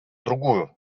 другую